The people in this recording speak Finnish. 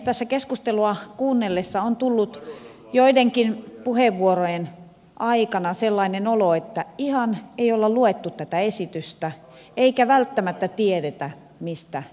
tässä keskustelua kuunnellessa on tullut joidenkin puheenvuorojen aikana sellainen olo että ihan ei olla luettu tätä esitystä eikä välttämättä täysin tiedetä mistä puhutaan